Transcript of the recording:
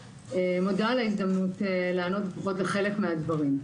אני מודה על ההזדמנות לענות, לפחות לחלק מהדברים.